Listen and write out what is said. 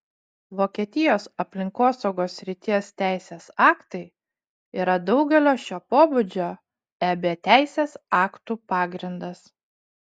vokietijos aplinkosaugos srities teisės aktai yra daugelio šio pobūdžio eb teisės aktų pagrindas